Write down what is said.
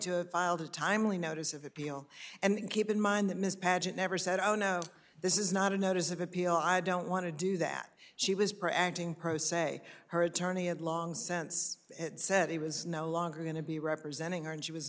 to filed a timely notice of appeal and keep in mind that ms padgett never said oh no this is not a notice of appeal i don't want to do that she was practicing pro se her attorney had long since said he was no longer going to be representing her and she was